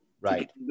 Right